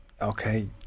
okay